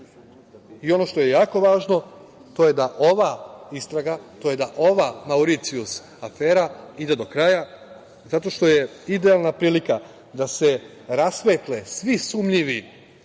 što je jako važno to je da ova istraga, tj. da ova Mauricijus afera ide do kraja zato što je idealna prilika da se rasvetle svi sumnjivi